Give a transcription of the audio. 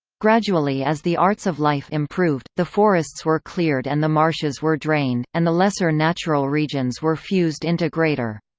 gradually as the arts of life improved, the forests were cleared and the marshes were drained, and the lesser natural regions were fused into greater.